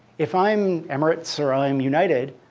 if i'm emirates or i'm united,